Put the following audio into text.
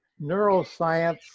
neuroscience